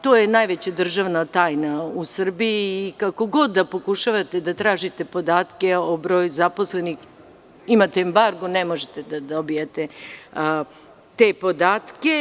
To je najveća državna tajna u Srbiji i kako god da pokušavate da tražite podatke o broju zaposlenih imate embargo, ne možete da dobijete te podatke.